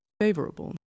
favorable